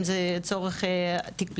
אם זה צורך תיק פלילי,